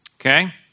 Okay